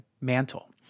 mantle